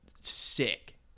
sick